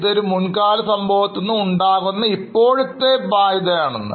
ഇതൊരു മുൻകാല സംഭവത്തിൽ നിന്നും ഉണ്ടാകുന്ന ഇപ്പോഴത്തെ ബാധ്യതയാണെന്ന്